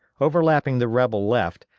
overlapping the rebel left,